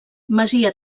masia